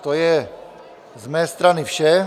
To je z mé strany vše.